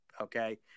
Okay